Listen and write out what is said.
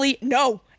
No